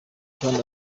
kandi